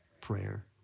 prayer